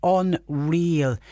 unreal